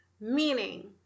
Meaning